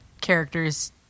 character's